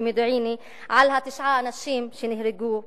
ומודיעיני על תשעה האנשים שנהרגו מהצבא?